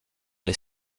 les